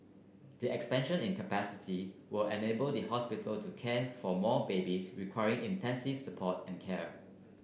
the expansion in capacity will enable the hospital to care for more babies requiring intensive support and care